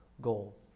goal